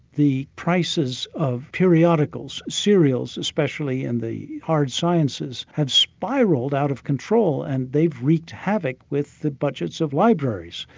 the prices of periodicals, serials especially in the hard sciences, have spiralled out of control and they've wreaked havoc with the budgets of libraries,